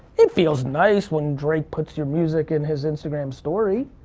it feels nice when drake puts your music in his instagram story.